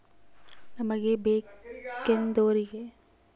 ನಮಗೆ ಬೇಕೆಂದೋರಿಗೆ ರೋಕ್ಕಾ ಕಳಿಸಬೇಕು ಅಂದ್ರೆ ಇನ್ನೊಂದ್ಸಲ ಖಾತೆ ತಿಗಿಬಹ್ದ್ನೋಡು